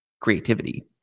creativity